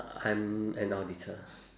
I'm an auditor